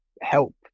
help